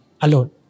alone